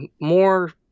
more